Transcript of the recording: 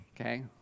Okay